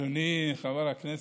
אדוני חבר הכנסת,